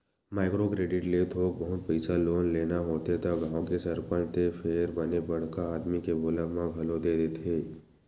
micro credit ले थोक बहुत पइसा लोन लेना होथे त गाँव के सरपंच ते फेर बने बड़का आदमी के बोलब म घलो दे देथे